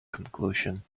conclusion